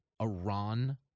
Iran